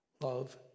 Love